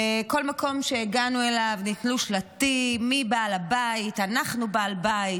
בכל מקום שהגענו אליו נתלו שלטים: "מי בעל הבית?" אנחנו בעל הבית,